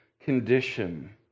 condition